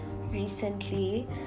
recently